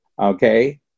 okay